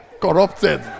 corrupted